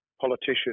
politician